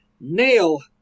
Nail